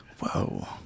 Whoa